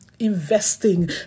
investing